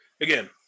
Again